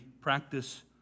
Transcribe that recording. practice